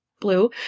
blue